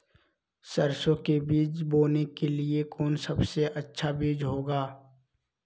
सरसो के बीज बोने के लिए कौन सबसे अच्छा बीज होगा?